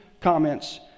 comments